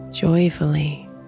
joyfully